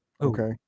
Okay